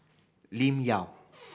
Lim Yau